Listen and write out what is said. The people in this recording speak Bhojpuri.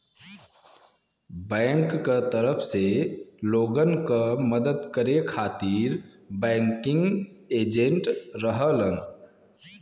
बैंक क तरफ से लोगन क मदद करे खातिर बैंकिंग एजेंट रहलन